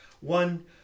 One